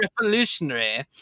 Revolutionary